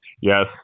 yes